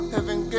Heaven